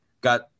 Got